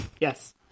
Yes